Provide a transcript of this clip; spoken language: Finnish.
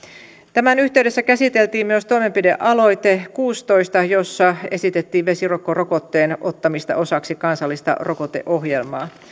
tämän yhteydessä käsiteltiin myös toimenpidealoite kuusitoista jossa esitettiin vesirokkorokotteen ottamista osaksi kansallista rokoteohjelmaa